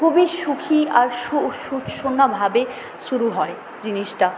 খুবই সুখী আর ভাবে শুরু হয় জিনিসটা